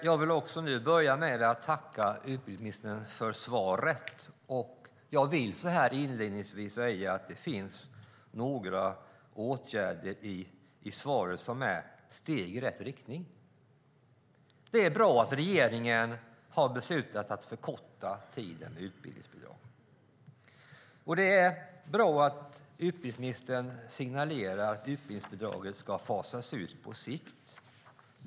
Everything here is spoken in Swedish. Fru talman! Jag vill börja med att tacka utbildningsministern för svaret. Jag vill inledningsvis säga att det finns några åtgärder som nämns i svaret som är steg i rätt riktning. Det är bra att regeringen har beslutat att förkorta tiden med utbildningsbidrag. Det är bra att utbildningsministern signalerar att utbildningsbidraget ska fasas ut på sikt.